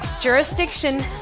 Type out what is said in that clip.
Jurisdiction